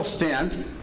Stand